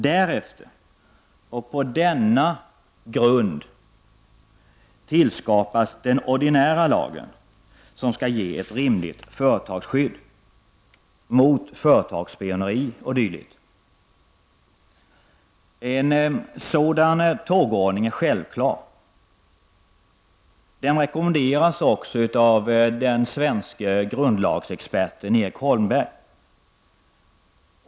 Därefter tillskapas på denna grund den ordinära lagen som skall ge företagen ett rimligt skydd mot företagsspioneri o.d. En sådan tågordning är självklar. Den rekommenderas också av den svenske grundlagsexperten Erik Holmberg.